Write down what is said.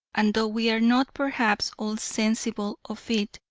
and though we are not perhaps all sensible of it,